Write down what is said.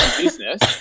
business